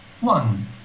One